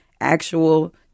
actual